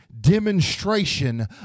demonstration